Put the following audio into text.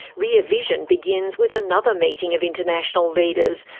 rear vision begins with another meeting of international leaders,